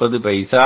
40